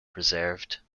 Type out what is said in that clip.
preserved